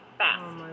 fast